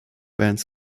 band